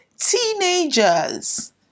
teenagers